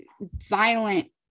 violent